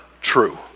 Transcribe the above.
true